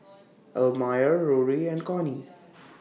Elmire Rory and Connie